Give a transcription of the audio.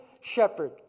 shepherd